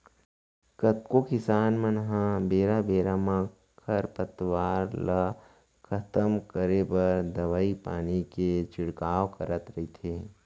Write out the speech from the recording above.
कतको किसान मन ह बेरा बेरा म खरपतवार ल खतम करे बर दवई पानी के छिड़काव करत रइथे